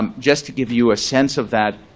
um just to give you a sense of that,